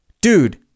Dude